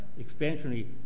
expansionary